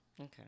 Okay